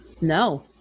no